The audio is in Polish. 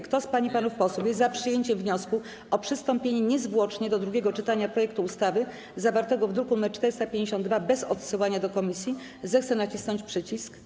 Kto z pań i panów posłów jest za przyjęciem wniosku o przystąpienie niezwłocznie do drugiego czytania projektu ustawy zawartego w druku nr 452, bez odsyłania do komisji, zechce nacisnąć przycisk.